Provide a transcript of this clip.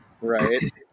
right